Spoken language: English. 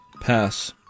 Pass